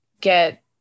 get